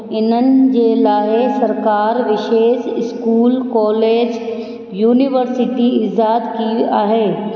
इन्हनि जे लाइ सरकार विशेष स्कूल कॉलेज यूनवर्सिटी ईज़ाद की आहे